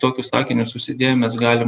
tokius akinius užsidėję mes galim